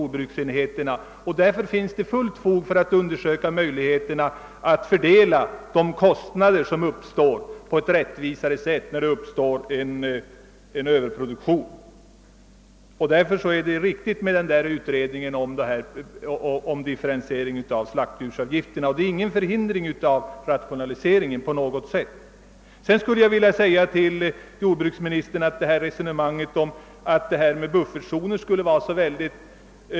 Det finns därför fullt fog för förslaget att undersöka möjligheterna att på ett rättvisare sätt fördela de kostnader som uppstår vid överproduktion. En utredning om en differentiering av slaktdjursavgifterna är således motiverad. En sådan differentiering skulle inte på något sätt förhindra en rationalisering. Jordbruksministern ville göra gällande att automatiken i systemet med buffertzoner skulle vara farlig.